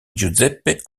giuseppe